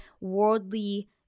worldly